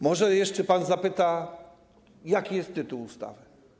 Może jeszcze pan zapyta, jaki jest tytuł ustawy?